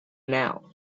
now